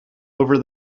over